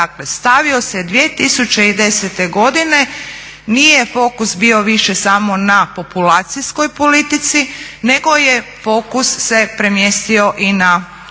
stavio se 2010.godine nije fokus bio više samo na populacijskoj politici nego je fokus se premjestio i na udruge.